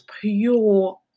pure